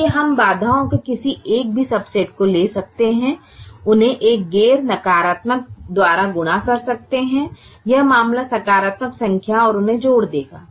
इसलिए हम बाधाओं के किसी भी सबसेट को ले सकते हैं उन्हें एक गैर नकारात्मक द्वारा गुणा कर सकते हैं यह मामला सकारात्मक संख्या और उन्हें जोड़ देगा